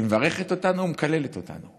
היא מברכת אותנו או מקללת אותנו?